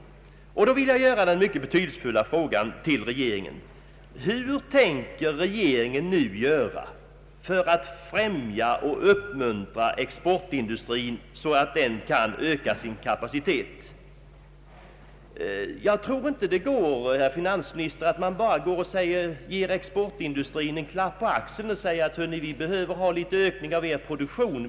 Jag vill ställa den mycket betydelsefulla frågan till regeringen: Vad tänker regeringen nu göra för att främja och uppmuntra exportindustrin så att denna kan öka sin kapacitet? Jag tror inte, herr finansminister, att man bara kan ge exportindustrin en klapp på axeln och säga att det behövs att ni ökar er produktion.